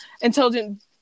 intelligent